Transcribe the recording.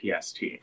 PST